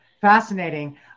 fascinating